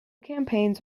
campaigns